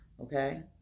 Okay